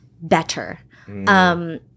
better